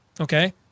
okay